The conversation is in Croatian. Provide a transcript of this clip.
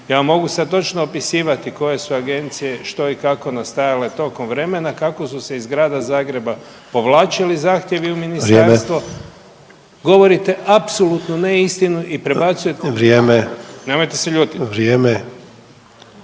Ja vam mogu sad točno opisivati koje su agencije što i kako nastajale tokom vremena, kako su se iz Grada Zagreba povlačili zahtjevi u ministarstvo …/Upadica: Vrijeme./… govorite apsolutnu neistinu i prebacujete …/Govornici govore istovremeno,